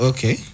Okay